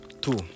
two